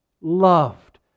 Loved